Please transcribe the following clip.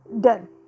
done